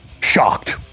shocked